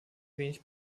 wenig